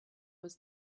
was